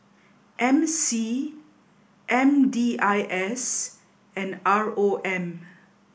M C M D I S and R O M